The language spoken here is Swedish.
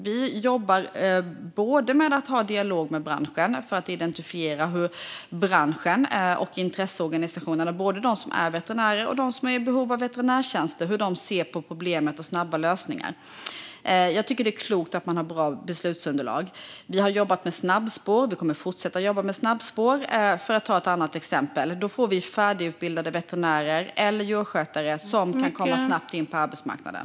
Vi jobbar med att ha en dialog med branschen för att identifiera hur branschen och intressenterna - både de som är veterinärer och de som är i behov av veterinärtjänster - ser på problemet och på snabba lösningar. Jag tycker att det är klokt att man har bra beslutsunderlag. Vi har jobbat med snabbspår, för att ta ett annat exempel, och vi kommer att fortsätta jobba med snabbspår. Då får vi färdigutbildade veterinärer eller djursjukskötare som snabbt kan komma in på arbetsmarknaden.